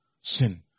sin